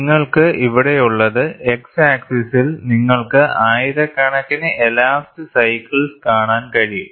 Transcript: നിങ്ങൾക്ക് ഇവിടെയുള്ളത് x ആക്സിസിൽ നിങ്ങൾക്ക് ആയിരക്കണക്കിന് എലാപ്സ്ഡ് സൈക്കിൾസ് കാണാൻ കഴിയും